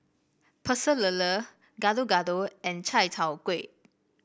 Pecel Lele Gado Gado and Chai Tow Kuay